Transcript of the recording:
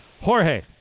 Jorge